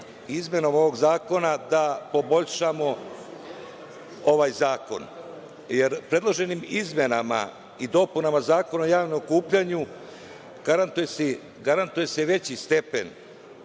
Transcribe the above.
izmenom ovog zakona da poboljšamo ovaj zakon, jer predloženim izmenama i dopunama Zakona o javnom okupljanju garantuje se veći stepen